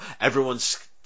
everyone's